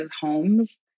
homes